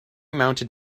mounted